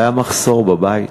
והיה מחסור בבית,